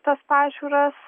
tas pažiūras